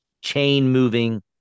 chain-moving